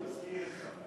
מסכים אתך.